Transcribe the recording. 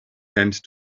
hand